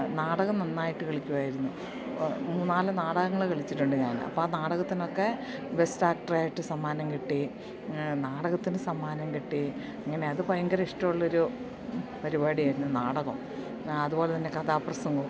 നാടകം നന്നായിട്ട് കളിക്കുമായിരുന്നു മൂന്നുനാല് നാടകങ്ങൾ കളിച്ചിട്ടുണ്ട് ഞാൻ അപ്പം ആ നാടകത്തിനൊക്കെ ബെസ്റ്റ് ആക്ടർ ആയിട്ട് സമ്മാനം കിട്ടി നാടകത്തിന് സമ്മാനം കിട്ടി അങ്ങനെ അത് ഭയങ്കര ഇഷ്ടം ഉള്ള ഒരു പരിപാടിയായിരുന്നു നാടകം അതുപോലെത്തന്നെ കഥാപ്രസംഗവും